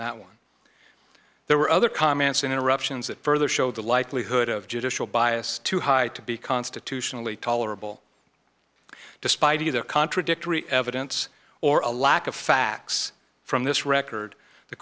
that one there were other comments interruptions that further showed the likelihood of judicial bias too high to be constitutionally tolerable despite either contradictory evidence or a lack of facts from this record the